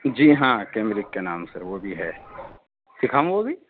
جی ہاں کیمبرک کے نام سے وہ بھی ہے دکھاؤں وہ بھی